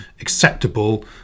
acceptable